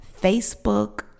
Facebook